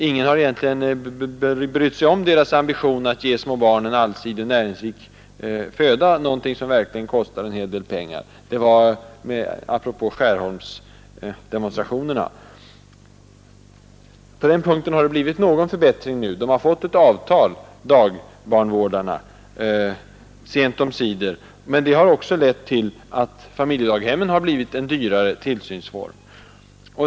Ingen har brytt sig om deras ambition att ge små barn en allsidig och näringsrik kost, något som verkligen kostar en hel del pengar”. Detta sagt apropå Skärholmsdemonstrationerna. Det har skett en förbättring genom att dagbarnvårdarna sent omsider har fått ett avtal, men det har också lett till att familjedaghemmen har blivit en dyrare tillsynsform.